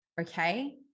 Okay